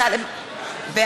בעד טלב אבו עראר,